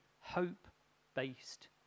hope-based